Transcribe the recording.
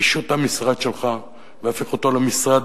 פישוט המשרד שלך והפיכתו למשרד